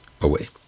away